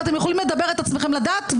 אתם יכולים לדבר את עצמכם לדעת,